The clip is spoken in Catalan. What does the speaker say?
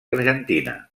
argentina